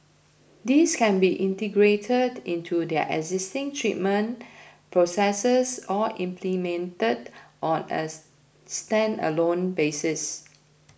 these can be integrated into their existing treatment processes or implemented on as standalone basis